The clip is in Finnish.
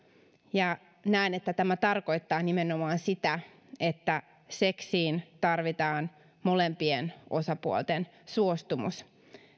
ja näen että tämä tarkoittaa nimenomaan sitä että seksiin tarvitaan molempien osapuolten suostumus